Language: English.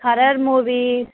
horror movie